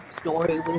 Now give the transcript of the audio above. story